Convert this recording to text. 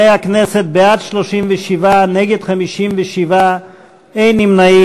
חברי הכנסת, 37 בעד, 57 נגד, אין נמנעים.